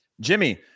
Jimmy